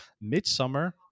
Midsummer